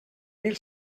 mil